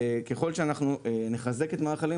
ככל שאנחנו נחזק את מערך המילואים,